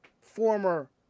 former